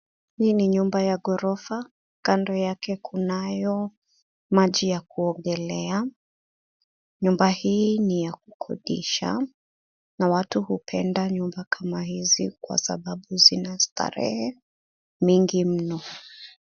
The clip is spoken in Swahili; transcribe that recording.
Hii ni nyumba ya ghorofa kando yake kunayo maji ya kuongelea, nyumba hii ni ya kukodisha na watu hupenda nyumba kama hizi kwa sababu zina starehe mingi mno.